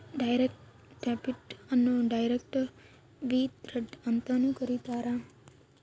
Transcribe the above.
direct debit ಅನ್ನು direct withdrawal ಅಂತನೂ ಕರೀತಾರ